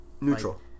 Neutral